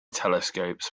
telescopes